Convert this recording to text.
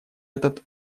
этот